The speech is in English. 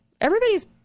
Everybody's